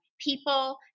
people